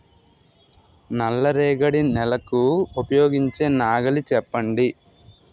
నల్ల రేగడి నెలకు ఉపయోగించే నాగలి చెప్పండి?